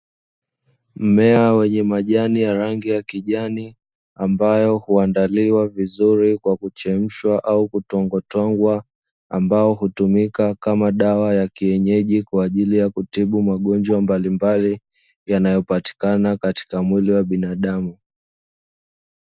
Mmea wenye majani ya rangi ya kijani ambayo huandaliwa vizuri kwa kuchemshwa au kutwangwatwangwa, ambao hutumika kama dawa ya kienyeji kwa ajili ya kutibu magonjwa mbalimbali yanayopatikana katika mwili wa binadamu.